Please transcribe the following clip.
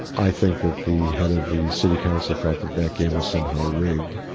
i think that the head of the city council thought that that game was somehow rigged.